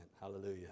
Hallelujah